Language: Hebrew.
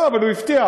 לא, אבל הוא הבטיח.